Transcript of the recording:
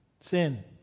sin